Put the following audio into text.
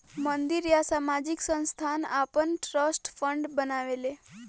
मंदिर या सामाजिक संस्थान आपन ट्रस्ट फंड बनावेला